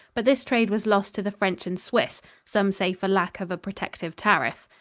but this trade was lost to the french and swiss some say for lack of a protective tariff.